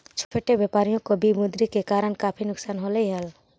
छोटे व्यापारियों को विमुद्रीकरण के कारण काफी नुकसान होलई हल